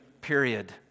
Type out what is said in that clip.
period